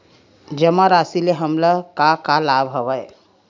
जमा राशि ले हमला का का लाभ हवय?